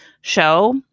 show